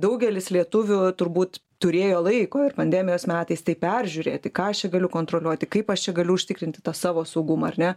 daugelis lietuvių turbūt turėjo laiko ir pandemijos metais tai peržiūrėti ką aš galiu kontroliuoti kaip aš čia galiu užtikrinti tą savo saugumą ar ne